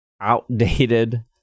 outdated